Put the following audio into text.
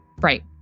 Right